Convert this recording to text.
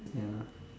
ya